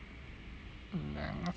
凉茶